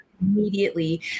immediately